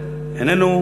איננו,